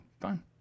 Fine